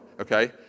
okay